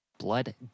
Blood